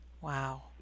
Wow